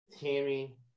Tammy